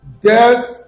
death